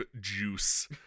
juice